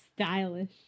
stylish